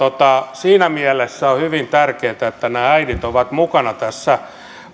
siinä mielessä on hyvin tärkeätä että nämä äidit ovat mukana tässä